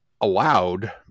allowed